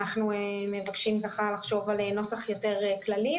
אנחנו מבקשים לחשוב על נוסח יותר כללי.